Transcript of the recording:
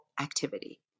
activity